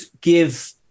give